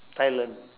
thailand